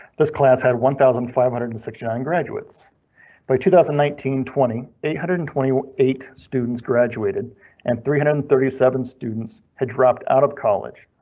this class had one thousand five hundred and sixty nine graduates by two thousand and nineteen. twenty eight hundred and twenty eight students graduated and three hundred and thirty seven students had dropped out of college.